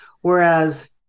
whereas